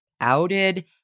outed